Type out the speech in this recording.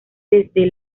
desde